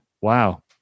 Wow